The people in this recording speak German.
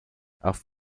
auf